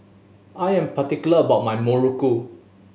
I am particular about my muruku